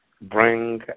bring